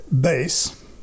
base